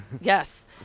yes